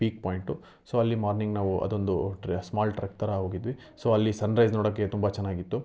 peak point so ಅಲ್ಲಿ morning ನಾವು ಅದೊಂದು ಟ್ರೆ ಸ್ಮಾಲ್ ಟ್ರೆಕ್ ಥರ ಹೋಗಿದ್ವಿ ಸೊ ಅಲ್ಲಿ ಸನ್ರೈಸ್ ನೋಡೋಕ್ಕೆ ತುಂಬ ಚೆನ್ನಾಗಿತ್ತು